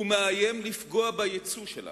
הוא מאיים לפגוע ביצוא שלנו,